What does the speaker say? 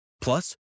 Plus